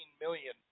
million